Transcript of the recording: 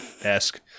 esque